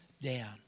down